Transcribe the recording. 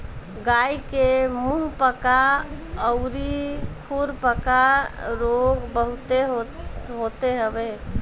गाई के मुंहपका अउरी खुरपका रोग बहुते होते हवे